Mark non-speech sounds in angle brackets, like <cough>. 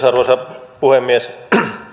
<unintelligible> arvoisa puhemies